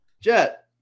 Jet